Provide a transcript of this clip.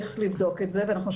מתנגד לכל החוק הזה אבל אני גם